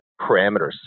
parameters